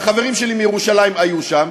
והחברים שלי מירושלים היו שם,